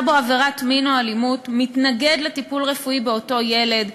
בו עבירת מין או אלימות מתנגד לטיפול רפואי באותו ילד,